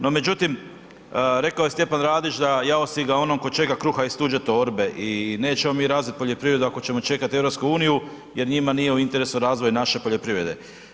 No, međutim, rekao je Stjepan Radić da jao si ga onom tko čeka kruga iz tuđe torbe i nećemo mi razviti poljoprivredu ako ćemo čekati EU jer njima nije u interesu razvoj naše poljoprivrede.